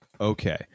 Okay